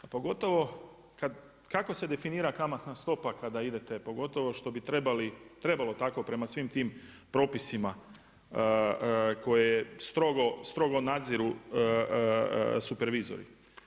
Pogotovo kad, kako se definira kamatna stopa kada idete, pogotovo što bi trebalo tako prema svim tim propisima koje strogo nadziru supervizori.